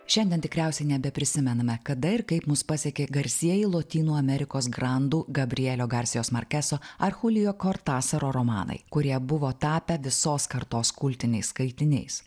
šiandien tikriausiai nebeprisimename kada ir kaip mus pasiekė garsieji lotynų amerikos grandų gabrielio garsijos markeso ar chulijo kortasaro romanai kurie buvo tapę visos kartos kultiniais skaitiniais